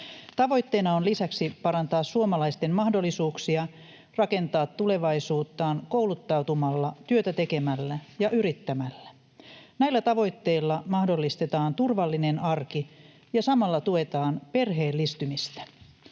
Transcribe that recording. Tavoitteena on lisäksi parantaa suomalaisten mahdollisuuksia rakentaa tulevaisuuttaan kouluttautumalla, työtä tekemällä ja yrittämällä. Näillä tavoitteilla mahdollistetaan turvallinen arki ja samalla tuetaan perheellistymistä.